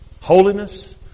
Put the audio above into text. Holiness